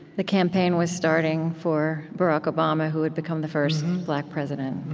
the campaign was starting for barack obama, who would become the first black president.